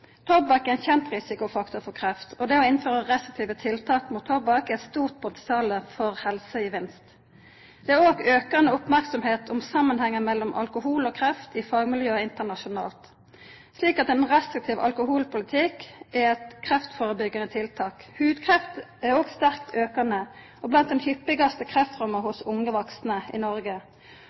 Tobakk er ein kjend risikofaktor for kreft. Det å innføra restriktive tiltak mot tobakk er eit stort potensial for helsegevinst. Det er òg aukande merksemd om samanhengen mellom alkohol og kreft i fagmiljøa internasjonalt, så ein restriktiv alkoholpolitikk er eit kreftførebyggjande tiltak. Hudkreft er òg sterkt aukande og blant dei hyppigaste kreftformene hos unge vaksne i Noreg.